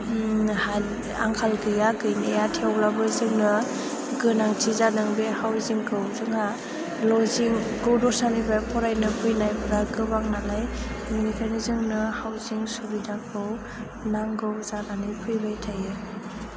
आंखाल गैया गैनाया थेवब्लाबो जोंनो गोनांथि जादों बे हाउसिंखौ जोंहा लजिंखौ दस्रानिफ्राय फरायनो फैनायफोरा गोबां नालाय बेनिखायनो जोंनो हाउसिंं सुबिदाखौ नांगौ जानानै फैबाय थायो